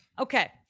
Okay